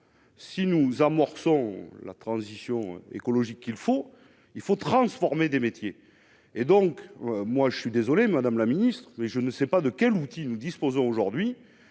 si nous amorçons la transition écologique qu'il faut, il faut transformer des métiers et donc moi je suis désolé madame la Ministre, mais je ne sais pas de quel outil nous disposons aujourd'hui